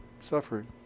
suffering